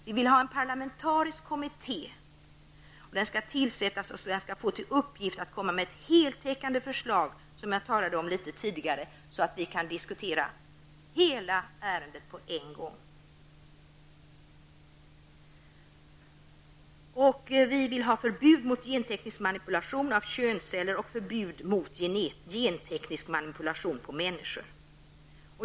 Vi vill att en parlamentarisk kommitté tillsätts, vilken skall få till uppgift att komma med ett heltäckande förslag så att det blir möjligt att diskutera hela ärendet på en gång. Vi vill ha ett förbud mot genteknisk manipulation av könsceller och ett förbud mot genteknisk manipulation på människor.